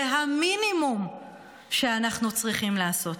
זה המינימום שאנחנו צריכים לעשות.